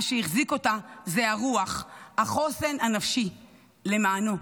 מה שהחזיק אותה זה הרוח, החוסן הנפשי למענו,